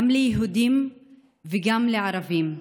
גם ליהודים וגם לערבים.